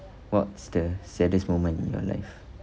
what's the saddest moment in your life